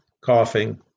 coughing